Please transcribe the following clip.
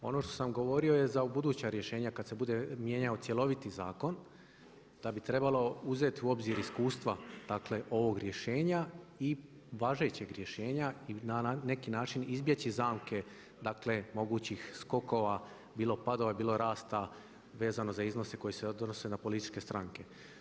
Ono što sam govorio je za u buduća rješenja kad se bude mijenjao cjeloviti zakon da bi trebalo uzet u obzir iskustva, dakle ovog rješenja i važećeg rješenja i na neki način izbjeći zamke, dakle mogućih skokova bilo padova, bilo rasta vezano za iznose koji se odnose na političke stranke.